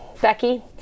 Becky